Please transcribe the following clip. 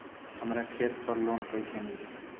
हमरा खेत पर लोन कैसे मिली?